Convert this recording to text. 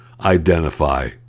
identify